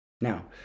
Now